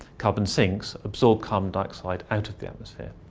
carbon sinks absorb carbon dioxide out of the atmosphere.